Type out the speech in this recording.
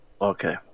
Okay